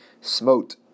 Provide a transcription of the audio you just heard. smote